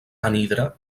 anhidre